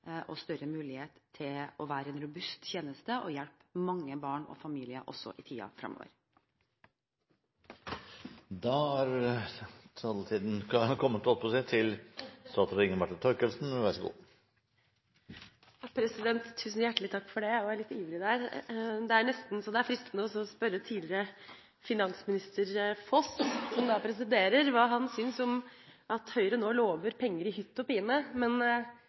og større mulighet til å være en robust tjeneste, slik at vi kan hjelpe mange barn og familier også i tiden fremover. Da er turen kommet til statsråd Inga Marte Thorkildsen. Takk, president. Jeg var litt ivrig der! Det er nesten så det er fristende å spørre tidligere finansminister Foss, som presiderer, hva han syns om at Høyre nå lover penger i hytt